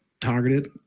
targeted